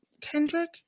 Kendrick